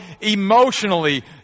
emotionally